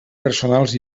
personals